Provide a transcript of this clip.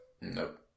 Nope